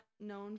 known